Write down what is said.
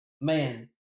man